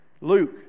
Luke